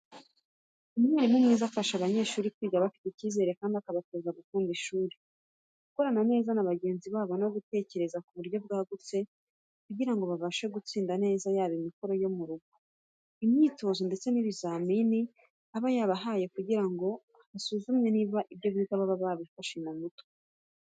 Umwarimu mwiza afasha abanyeshuri kwiga bafite icyizere kandi akabatoza gukunda ishuri, gukorana neza na bagenzi babo no gutekereza ku buryo bwagutse kugira ngo babashe gutsinda neza yaba imikoro yo mu rugo, imyitozo ndetse n'ibizamini aba yabahaye kugira ngo hasuzumwe niba ibyo biga baba babifashe mu mutwe.